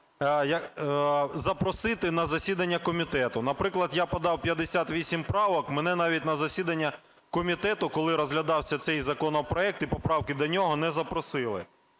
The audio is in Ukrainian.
запросити на засідання комітету. Наприклад, я подав 58 правок, мене навіть на засідання комітету, коли розглядався цей законопроект і поправки до нього, не запросили.